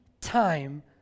time